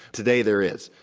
today, there is.